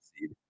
seed